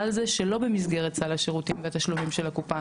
זה שלא במסגרת סל השירותים והתשלומים של הקופה',